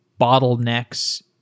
bottlenecks